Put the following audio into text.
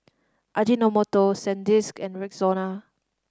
Ajinomoto Sandisk and Rexona